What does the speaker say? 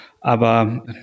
aber